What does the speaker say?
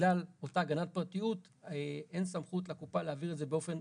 שבגלל אותה הגנת פרטיות אין סמכות לקופה להעביר את זה באופן